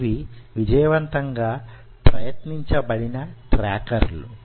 ఇవి విజయవంతంగా ప్రయత్నించబడిన ట్రాకర్లు